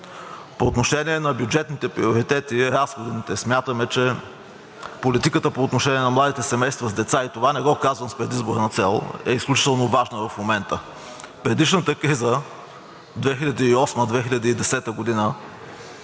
По отношение на бюджетните приоритети и разходните, смятаме, че политиката по отношение на младите семейства с деца – и това не го казвам с предизборна цел, е изключително важна в момента. Предишната криза – 2008 – 2010 г.,